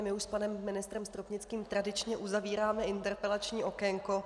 My už s panem ministrem Stropnickým tradičně uzavíráme interpelační okénko.